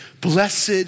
Blessed